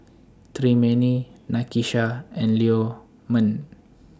Tremaine Nakisha and Leo Meng